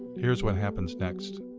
here's what happens next.